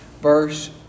verse